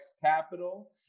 Capital